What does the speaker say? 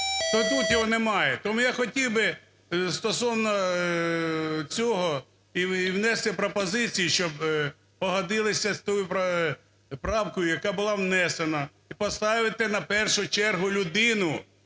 тут його немає. Тому я хотів би стосовно цього і внести пропозицію, щоб погодилися з тією правкою, яка була внесена. І поставити на першу чергу людину,